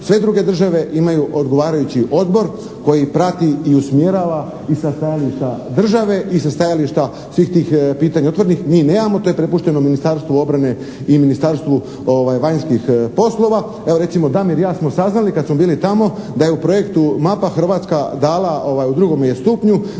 sve druge države imaju odgovarajući odbor koji prati i usmjerava i sa stajališta države i sa stajališta svih tih pitanja otvorenih, mi nemamo, to je prepušteno Ministarstvu obrane i Ministarstvu vanjskih poslova. Evo recimo Damir i ja smo saznali kad smo bili tamo da je u projektu "Mapa" Hrvatska dala u 2. je stupnju,